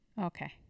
Okay